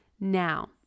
now